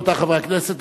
רבותי חברי הכנסת,